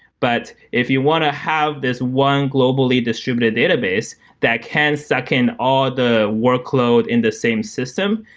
but if you want to have this one globally distributed database that can suck in all the workload in the same system,